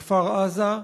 בכפר-עזה,